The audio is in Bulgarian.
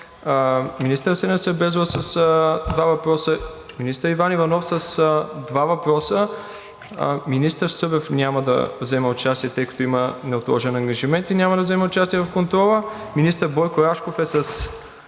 министър Иван Иванов с два въпроса; министър Събев, тъй като има неотложен ангажимент, няма да вземе участие в контрола; министър Бойко Рашков е с